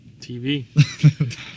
TV